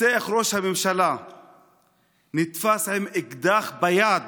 רוצח ראש הממשלה נתפס עם אקדח ביד,